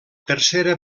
tercera